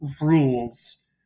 rules